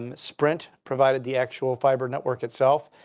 um sprint provided the actual fiber network itself.